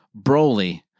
Broly